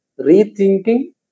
rethinking